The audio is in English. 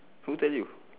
who tell you